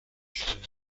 stellen